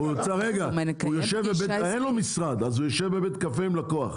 אין לו משרד, אז הוא יושב בבית קפה עם לקוח.